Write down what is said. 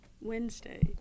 Wednesday